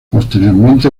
posteriormente